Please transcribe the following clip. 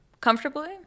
Comfortably